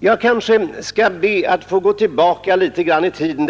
Jag skall be att få gå tillbaka litet grand i tiden.